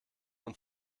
und